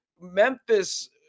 Memphis